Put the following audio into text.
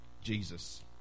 jesus